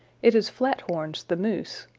it is flathorns the moose.